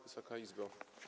Wysoka Izbo!